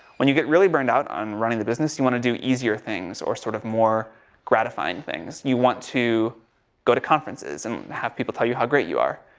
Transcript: when you get really burned out on running the business, you want to do easier things, or sort of more gratifying things. you want to go to conferences, and have people tell you how great you are.